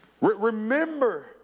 Remember